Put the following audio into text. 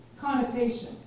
connotation